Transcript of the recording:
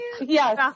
Yes